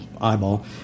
eyeball